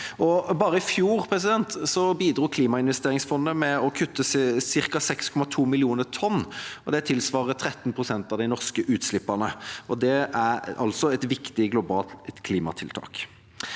i fjor bidro klimainvesteringsfondet med å kutte ca. 6,2 millioner tonn, og det tilsvarer 13 pst. av de norske utslippene. Det er altså et viktig globalt klimatiltak.